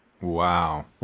Wow